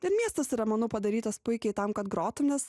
ir miestas yra manau padarytas puikiai tam kad grotum nes